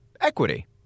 equity